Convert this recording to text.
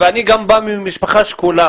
אני גם בא ממשפחה שכולה.